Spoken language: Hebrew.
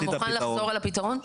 אתה מוכן לחזור על הפתרון?